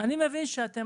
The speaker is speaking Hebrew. אני מבין שאתם